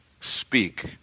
speak